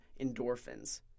endorphins